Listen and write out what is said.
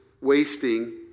wasting